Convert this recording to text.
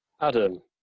Adam